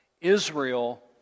Israel